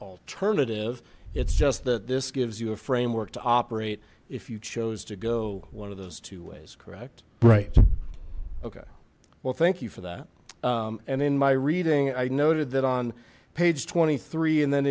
alternative it's just that this gives you a framework to operate if you chose to go one of those two ways correct right okay well thank you for that and in my reading i noted that on page twenty three and then